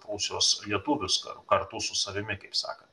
prūsijos lietuvius kartu su savimi kaip sakant